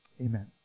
Amen